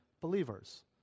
believers